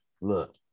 Look